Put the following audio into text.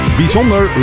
bijzonder